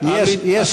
אני כאן, אני כאן.